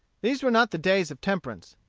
these were not the days of temperance.